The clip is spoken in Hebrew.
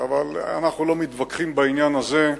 אבל אנחנו לא מתווכחים בעניין הזה.